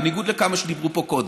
בניגוד לכמה שדיברו פה קודם,